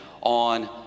on